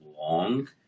long